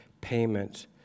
payment